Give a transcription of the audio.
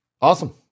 awesome